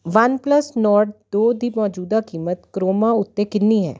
OnePlus Nord ਦੋ ਦੀ ਮੌਜੂਦਾ ਕੀਮਤ ਕਰੋਮਾ ਉੱਤੇ ਕਿੰਨੀ ਹੈ